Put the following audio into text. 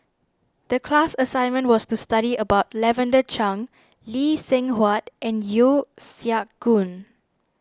the class assignment was to study about Lavender Chang Lee Seng Huat and Yeo Siak Goon